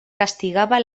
castigava